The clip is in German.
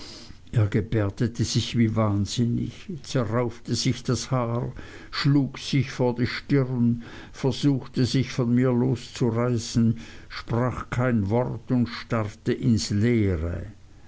gebärdete sich wie wahnsinnig zerraufte sich das haar schlug sich vor die stirn versuchte sich von mir loszureißen sprach kein wort und starrte ins leere